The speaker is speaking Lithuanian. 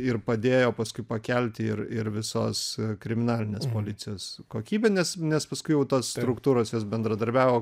ir padėjo paskui pakelti ir ir visos kriminalinės policijos kokybę nes nes paskui jau tos struktūros jos bendradarbiavo